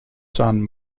son